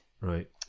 right